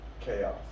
chaos